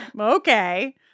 Okay